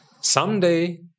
Someday